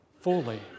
fully